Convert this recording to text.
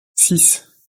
six